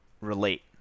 relate